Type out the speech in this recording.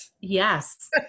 yes